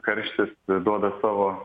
karštis priduoda savo